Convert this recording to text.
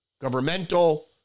governmental